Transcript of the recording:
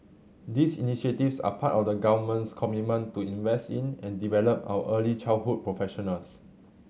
these initiatives are part of the Government's commitment to invest in and develop our early childhood professionals